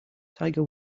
tiger